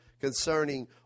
concerning